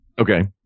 Okay